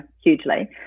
hugely